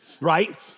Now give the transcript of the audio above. right